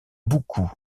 beaucoup